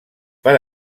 per